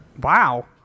Wow